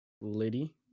Liddy